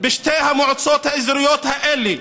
בשתי המועצות האזוריות האלה,